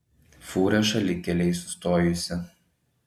fūra šalikelėj sustojusi